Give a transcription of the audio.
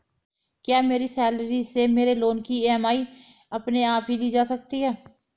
क्या मेरी सैलरी से मेरे लोंन की ई.एम.आई अपने आप ली जा सकती है?